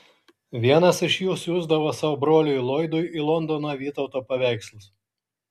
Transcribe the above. vienas iš jų siųsdavo savo broliui loydui į londoną vytauto paveikslus